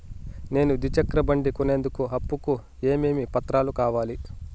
నేను ద్విచక్ర బండి కొనేందుకు అప్పు కు ఏమేమి పత్రాలు కావాలి?